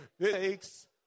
takes